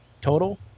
total